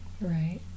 Right